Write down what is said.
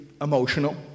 emotional